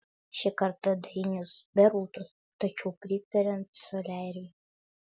šį kartą dainius be rūtos tačiau pritariant soliariui